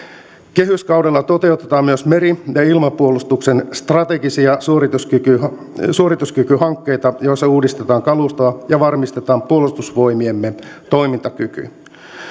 kehyskaudella toteutetaan myös meri ja ilmapuolustuksen strategisia suorituskykyhankkeita suorituskykyhankkeita joissa uudistetaan kalustoa ja varmistetaan puolustusvoimiemme toimintakyky